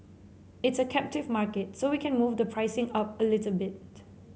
it's a captive market so we can move the pricing up a little bit